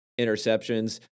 interceptions